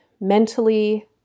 mentally